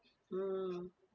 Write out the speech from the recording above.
mm